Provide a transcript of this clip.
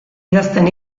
idazten